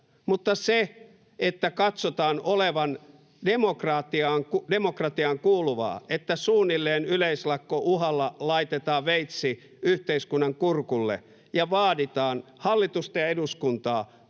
mutta se, että katsotaan olevan demokratiaan kuuluvaa, että suunnilleen yleislakkouhalla laitetaan veitsi yhteiskunnan kurkulle ja vaaditaan hallitusta ja eduskuntaa